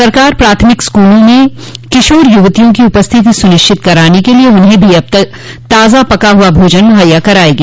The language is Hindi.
सरकार प्राथमिक स्कूलों में किशोर युवतियों की उपस्थिति सुनिश्चित करने के लिये अब उन्हें ताजा पका हुआ भोजन भी मुहैया करायगी